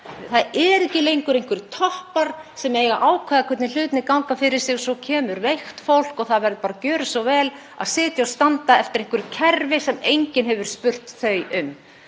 Það eru ekki lengur einhverjir toppar sem eiga að ákveða hvernig hlutirnir ganga fyrir sig. Svo kemur veikt fólk og það verður bara að gjöra svo vel að sitja og standa eftir einhverju kerfi sem enginn hefur spurt þau um.